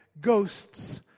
Ghosts